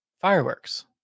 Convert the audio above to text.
fireworks